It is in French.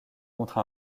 contre